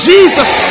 Jesus